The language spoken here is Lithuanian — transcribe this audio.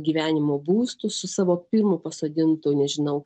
gyvenimo būstu su savo pirmu pasodintu nežinau